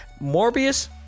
morbius